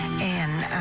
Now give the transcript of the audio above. and